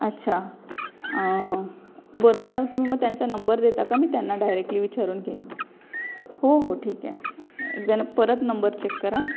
अच्छा बरं मला तुम्ही मग त्यांचा नंबर देता का मी त्यांना डायरेक्टली विचारून घेईन हो हो ठीक आहे एकदा परत नंबर चेक करा